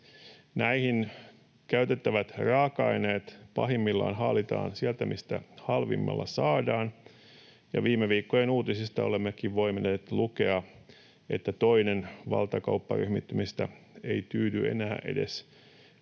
Näihin käytettävät raaka-aineet haalitaan pahimmillaan sieltä, mistä halvimmalla saadaan, ja viime viikkojen uutisista olemmekin voineet lukea, että toinen valtakaupparyhmittymistä ei tyydy enää edes